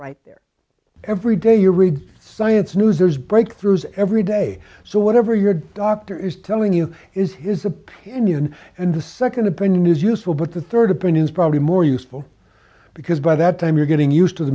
right there every day you read science news there's breakthroughs every day so whatever your doctor is telling you is his opinion and the second opinion is useful but the third opinion is probably more useful because by that time you're getting used to the